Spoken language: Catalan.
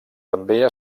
també